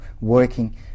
working